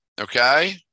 okay